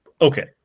Okay